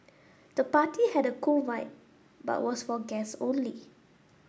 the party had a cool vibe but was for guests only